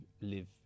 live